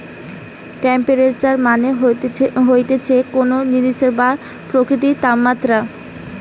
temperature মানে হতিছে কোন জিনিসের বা প্রকৃতির তাপমাত্রা